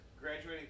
Graduating